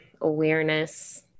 awareness